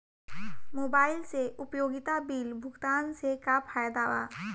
Mobile से उपयोगिता bill भुगतान से का फायदा बा?